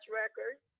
records